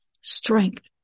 strength